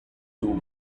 two